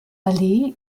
allee